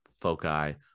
foci